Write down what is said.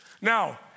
Now